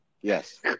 yes